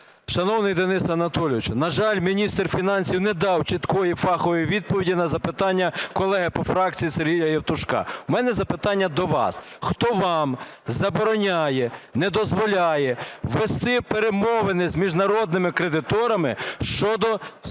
Шановний Денисе Анатолійовичу, на жаль, міністр фінансів не дав чіткої і фахової відповіді на запитання колеги по фракції Сергія Євтушка. У мене запитання до вас. Хто вам забороняє, не дозволяє вести перемовини з міжнародними кредиторами щодо